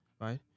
right